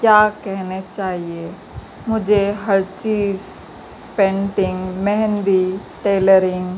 کیا کہنے چاہیے مجھے ہر چیز پینٹنگ مہندی ٹیلرنگ